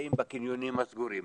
שנמצאים בקניונים הסגורים.